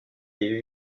les